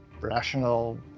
rational